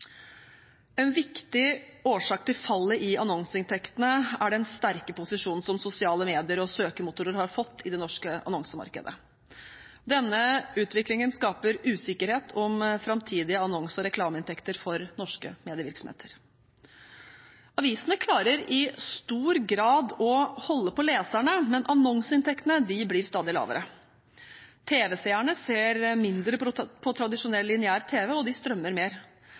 En viktig årsak til fallet i annonseinntektene er den sterke posisjonen som sosiale medier og søkemotorer har fått i det norske annonsemarkedet. Denne utviklingen skaper usikkerhet om framtidige annonse- og reklameinntekter for norske medievirksomheter. Avisene klarer i stor grad å holde på leserne, men annonseinntektene blir stadig lavere. TV-seerne ser mindre på tradisjonell lineær-tv, og de strømmer mer.